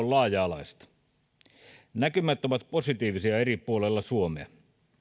laaja alaista näkymät ovat positiivisia eri puolilla suomea